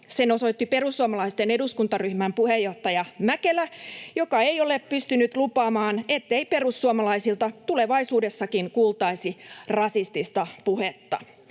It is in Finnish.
Sen osoitti perussuomalaisten eduskuntaryhmän puheenjohtaja Mäkelä, joka ei ole pystynyt lupaamaan, ettei perussuomalaisilta tulevaisuudessakin kuultaisi rasistista puhetta.